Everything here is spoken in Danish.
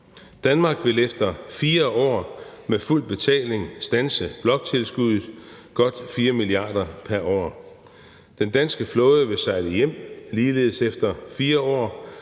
Danmark vil efter 4 år med fuld betaling standse bloktilskuddet på godt 4 mia. kr. pr. år. Den danske flåde vil sejle hjem, ligeledes efter 4 år,